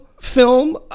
film